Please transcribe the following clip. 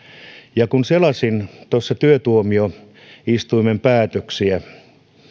ja kun selasin tuossa työtuomioistuimen päätöksiä